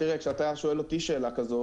כשאתה שואל אותי שאלה כזאת,